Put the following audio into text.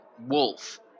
wolf